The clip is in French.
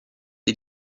des